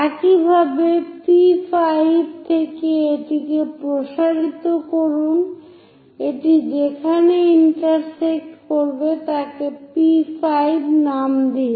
একইভাবে বিন্দু P5 থেকে এটিকে প্রসারিত করুন এটি যেখানে ইন্টারসেক্ট করবে তাকে P5 নাম দিন